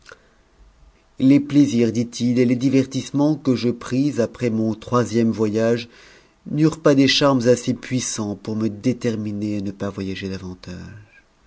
les plaisirs dit-il et les divertissements que je pris p troisième voyage n'eurent pus des charmes assez puissants r c ner ne pas voyager davantage